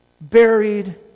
buried